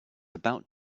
about